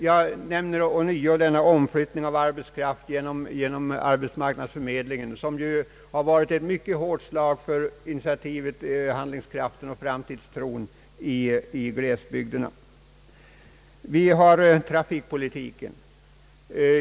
Jag nämner ånyo omflyttningen av arbetskraft genom arbetsförmedlingen. Detta har va rit ett hårt slag för initiativkraften och framtidstron i glesbygderna.